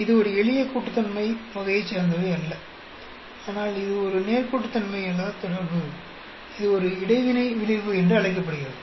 இது ஒரு எளிய கூட்டுத்தன்மை வகையைச் சார்ந்த தொடர்பு அல்ல ஆனால் இது ஒரு நேர்கோட்டுத்தன்மை அல்லாத தொடர்பு இது ஒரு இடைவினை விளைவு என்று அழைக்கப்படுகிறது